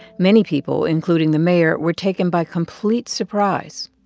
many people, including the mayor, were taken by complete surprise.